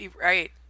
right